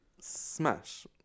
Smash